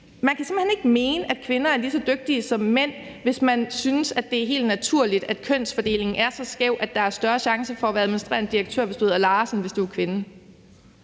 man kan simpelt hen ikke mene, at kvinder er lige så dygtige som mænd, hvis man synes, det er helt naturligt, at kønsfordelingen er så skæv, at der er større chance for at være administrerende direktør, hvis du hedder Lars, end hvis du er kvinde.